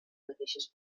mateixes